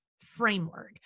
framework